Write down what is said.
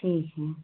ठीक है